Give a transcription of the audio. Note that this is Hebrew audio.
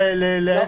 למי זה ברור?